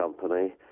company